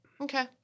Okay